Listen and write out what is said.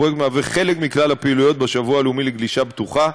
הפרויקט הוא חלק מכלל הפעילויות בשבוע הלאומי לגלישה בטוחה,